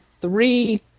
three